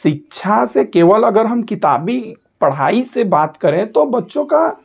शिक्षा से केवल अगर हम किताबें पढ़ाई से बात करें तो बच्चों का